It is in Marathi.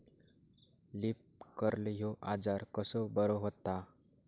लीफ कर्ल ह्यो आजार कसो बरो व्हता?